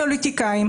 הפוליטיקאים,